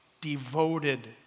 devoted